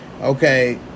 okay